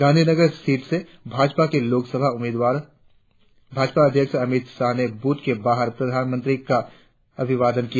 Gandhinagar seat से भाजपा के लोकसभा उम्मीदवार भाजपा अध्यक्ष अमित शाह ने ब्रथ के बाहर प्रधानमंत्री का अभिवादन किया